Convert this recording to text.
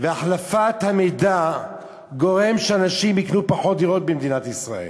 והחלפת המידע גורמים שאנשים יקנו פחות דירות במדינת ישראל.